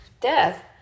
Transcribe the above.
death